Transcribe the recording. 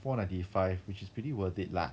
four ninety five which is pretty worth it lah